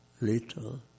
little